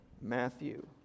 matthew